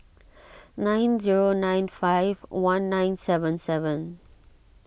nine zero nine five one nine seven seven